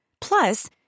Plus